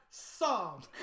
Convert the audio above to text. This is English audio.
Song